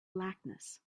blackness